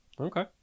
Okay